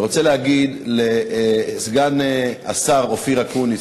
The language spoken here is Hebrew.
אני רוצה להגיד לסגן השר אופיר אקוניס,